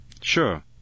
Sure